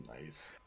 Nice